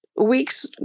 weeks